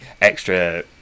extra